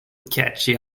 catchy